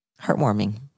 heartwarming